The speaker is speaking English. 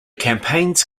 campaigns